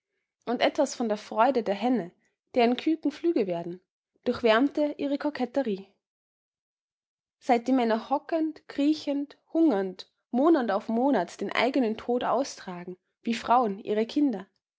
und etwas von der freude der henne deren küken flügge werden durchwärmte ihre koketterie seit die männer hockend kriechend hungernd monat auf monat den eigenen tod austragen wie frauen ihre kinder